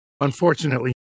Unfortunately